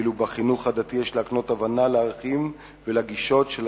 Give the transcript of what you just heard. ואילו בחינוך הדתי יש להקנות הבנה לערכים ולגישות של